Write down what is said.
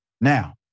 Now